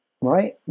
right